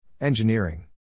Engineering